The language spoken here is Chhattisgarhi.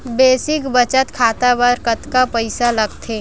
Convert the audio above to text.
बेसिक बचत खाता बर कतका पईसा लगथे?